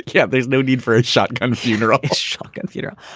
yeah. there's no need for a shotgun, funeral, shock and funeral.